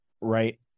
Right